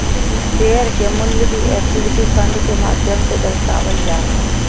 share के मूल्य भी इक्विटी फंड के माध्यम से दर्शावल जा हय